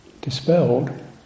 dispelled